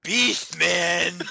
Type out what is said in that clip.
Beastman